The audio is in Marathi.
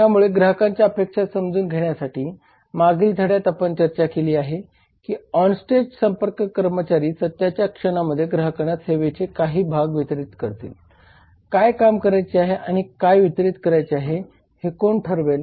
त्यामुळे ग्राहकांच्या अपेक्षा समजून घेण्यासाठी मागील धड्यात आपण चर्चा केली आहे की ऑन स्टेज संपर्क कर्मचारी सत्याच्या क्षणांमध्ये ग्राहकांना सेवेचे काही भाग वितरीत करतील काय काम करायचे आहे आणि काय वितरित करायचे आहे हे कोण ठरवेल